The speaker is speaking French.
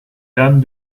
dames